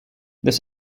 this